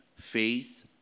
faith